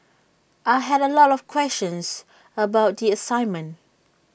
I had A lot of questions about the assignment